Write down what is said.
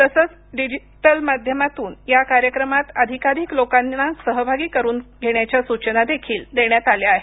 तसंच डीजीटल माध्यमातून या कार्यक्रमात अधिकाधिकलोकांना सहभागी करून घेण्याच्या सूचना देखिल देण्यात आल्या आहेत